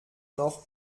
noch